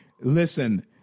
listen